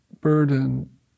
burden